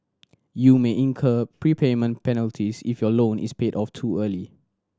you may incur prepayment penalties if your loan is paid off too early